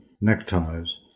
neckties